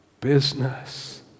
business